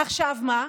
עכשיו מה?